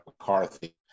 McCarthy